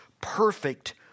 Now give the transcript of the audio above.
perfect